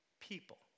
people